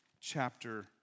chapter